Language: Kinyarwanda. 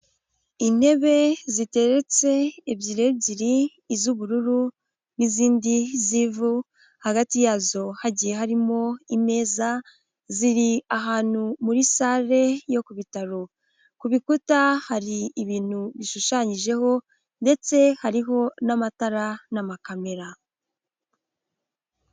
Intebe ziteretse ebyiri ebyiri iz'ubururu n'izindi z'ivu, hagati yazo hagiye harimo imeza ziri ahantu muri sale yo ku bitaro, ku bikuta hari ibintu bishushanyijeho ndetse hariho n'amatara n'amakamera.